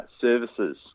services